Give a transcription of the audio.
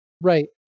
Right